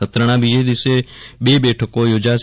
સત્રના બીજા દિવસે બે બેઠકો યોજાશે